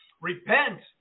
repent